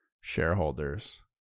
shareholders